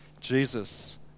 Jesus